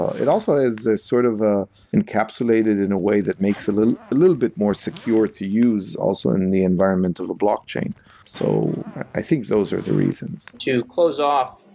it also is this sort of ah encapsulated a way that makes a little a little bit more secure to use also in the environment of a blockchain. so i think those are the reasons. to close off,